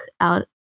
out